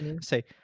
say